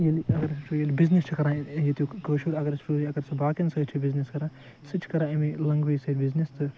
ییٚلہِ اگر أسۍ وٕچھو ییٚلہِ بِزنِس چھُ کران ییٚتیُک کٲشُر اگر أسۍ وٕچھو اگر باقیَن سۭتۍ چھُ بِزنِس کَران سُہ چھُ کران امے لنگویج سۭتۍ بزنس تہٕ